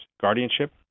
guardianship